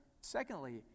Secondly